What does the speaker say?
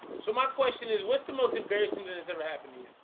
so my question is what's the most embarrassing that has ever happened to you